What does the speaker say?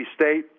State